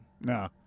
No